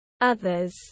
others